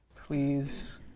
Please